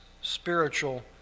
spiritual